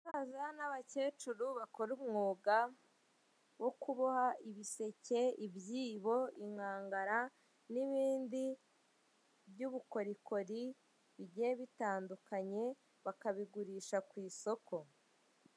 Abasaza n'abakecuru bakora umwuga wo kuboha ibiseke, ibyibo, inkangara n'ibindi by'ubukorikori bigiye bitandukanye, bakabigurisha ku isoko.